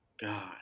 God